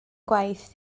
gwaith